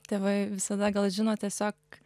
tėvai visada gal žino tiesiog